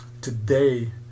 today